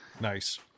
nice